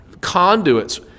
conduits